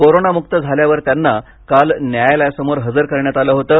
कोरोनामुक्त झाल्यावर त्यांना काल न्यायालयासमोर हजर करण्यात आलं होतं